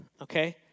okay